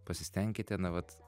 pasistenkite na vat